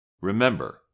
Remember